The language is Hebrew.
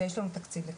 ויש לנו תקציב לכך.